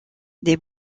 des